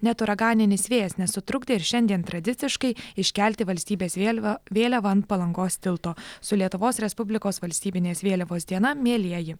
net uraganinis vėjas nesutrukdė ir šiandien tradiciškai iškelti valstybės vėliavą vėliavą ant palangos tilto su lietuvos respublikos valstybinės vėliavos diena mielieji